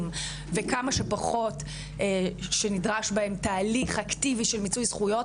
וכמה שפחות שנדרש בהם תהליך אקטיבי של מיצוי זכויות,